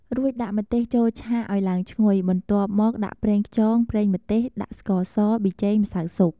រួចដាក់ម្ទេសចូលឆាឱ្យឡើងឈ្ងុយបន្ទាប់មកដាក់ប្រេងខ្យងប្រេងម្ទេស ដាក់ស្ករស ប៊ីចេង ម្សៅស៊ុប